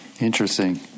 interesting